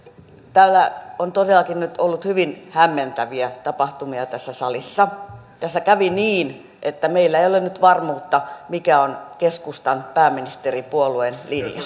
tässä salissa on todellakin nyt ollut hyvin hämmentäviä tapahtumia tässä kävi niin että meillä ei ole nyt varmuutta mikä on keskustan pääministeripuolueen linja